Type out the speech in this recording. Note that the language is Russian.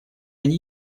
они